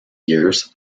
years